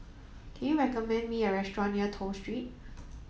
can you recommend me a restaurant near Toh Street